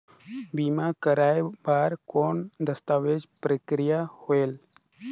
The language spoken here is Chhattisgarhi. बीमा करवाय बार कौन दस्तावेज प्रक्रिया होएल?